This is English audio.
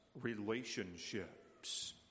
relationships